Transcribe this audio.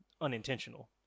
unintentional